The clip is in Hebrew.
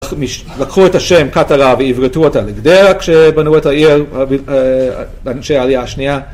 לקחו את השם קטרה ועיברתו אותה לגדרה, כשבנו את העיר לאנשי העלייה השנייה